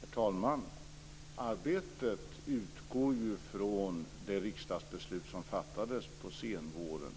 Herr talman! Arbetet utgår från det riksdagsbeslut som fattades på senvåren.